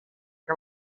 que